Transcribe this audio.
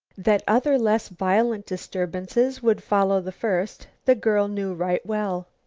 that other, less violent disturbances, would follow the first, the girl knew right well.